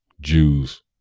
Jews